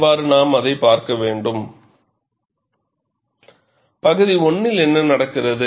இவ்வாறு தான் நாம் அதை பார்க்க வேண்டும் பகுதி 1 இல் என்ன நடக்கிறது